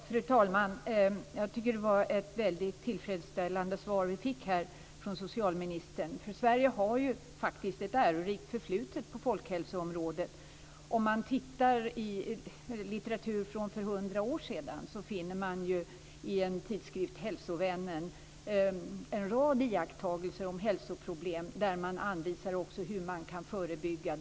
Fru talman! Jag tycker att det var ett mycket tillfredsställande svar vi fick från socialministern. Sverige har ju faktiskt ett ärorikt förflutet på folkhälsoområdet. Tittar man i litteratur från för 100 år sedan finner man i tidskriften Hälsovännen en rad iakttagelser om hälsoproblem där man också anvisar hur man kan förebygga dem.